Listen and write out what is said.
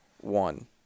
one